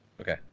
Okay